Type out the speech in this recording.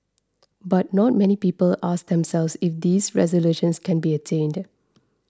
but not many people ask themselves if these resolutions can be attained